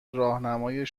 راهنمای